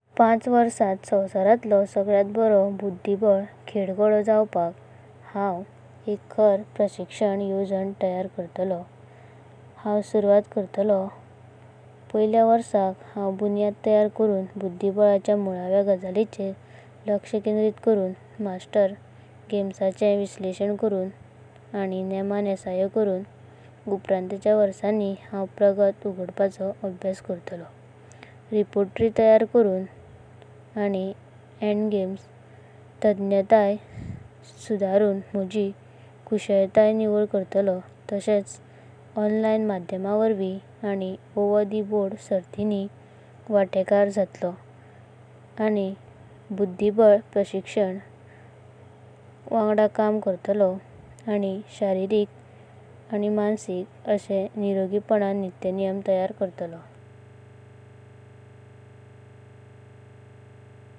﻿पांच वारसांत संव्हासारंतलो सगळ्यांत बारोम बुद्धिबाळा खेळगडो। जावपाकां हांव एक खरां प्रशिक्षण येवजणां तयरां करातलों। हांव सुरावता करातलोम पायल्यार वरसा भुनायाद तयारा करून। बुद्धिबाळाच्या मुलाव्या गजालिंचेर लक्ष केंद्रित करून। मास्टर विश्लेषण करून आनी नेमण येसायो करून। उपरांताच्या वारसानी हांव प्रगत उगडपाचो अभ्यास करून। रिपार्टरी तयारा करून आनी एंडगेम्स ताजनात्लीन तिणी वांतेंकर जाळतलों। बुद्धिबाळा प्रशिक्षक वांगडा काम करातलों आनी शारीरिक आनी मानसिका निरोगीपणाची नित्यनेम तयरां करातलों।